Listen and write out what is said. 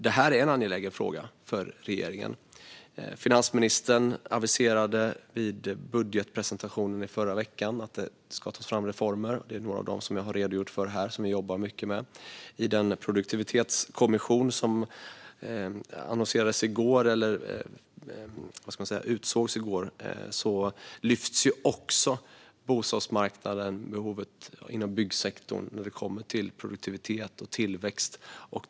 Detta är en angelägen fråga för regeringen. Finansministern aviserade vid budgetpresentationen förra veckan att det ska tas fram reformer. Några av dem, som vi jobbar mycket med, har jag redogjort för här. I den produktivitetskommission som utsågs i går lyfts bostadsmarknaden och behovet inom byggsektorn när det gäller produktivitet och tillväxt fram.